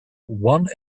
one